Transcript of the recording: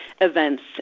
events